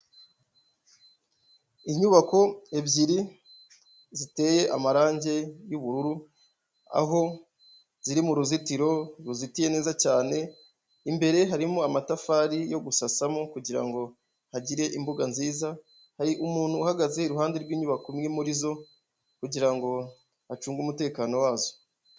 Inyubako ebyiri ziteye amarange y'ubururu aho ziri mu ruzitiro ruzitiye neza cyane, imbere harimo amatafari yo gusasamo kugira ngo hagire imbuga nziza, hari umuntu uhagaze iruhande rw'inyubako imwe muri zo kugira ngo acunge umutekano wazo.